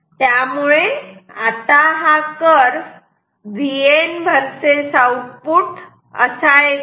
त्यामुळे आता हा कर्व Vn वर्सेस आउटपुट असा येतो